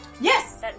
Yes